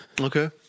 Okay